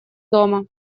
дома